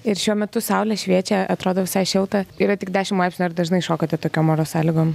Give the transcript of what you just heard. ir šiuo metu saulė šviečia atrodo visai šilta yra tik dešimt laipsnių ar dažnai šokate tokiom oro sąlygom